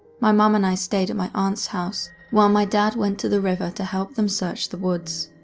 my mom and i stayed at my aunt's house, while my dad went to the river to help them search the woods.